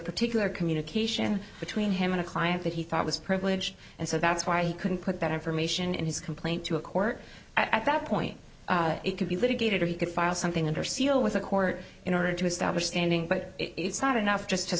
particular communication between him and a client that he thought was privileged and so that's why he couldn't put that information in his complaint to a court at that point it could be litigated or you could file something under seal with a court in order to establish standing but it's not enough just to